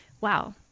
wow